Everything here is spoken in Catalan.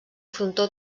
frontó